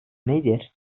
nedir